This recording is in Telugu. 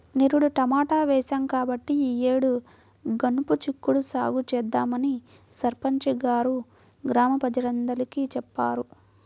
నిరుడు టమాటా వేశాం కాబట్టి ఈ యేడు గనుపు చిక్కుడు సాగు చేద్దామని సర్పంచి గారు గ్రామ ప్రజలందరికీ చెప్పారు